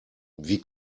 wie